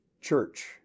church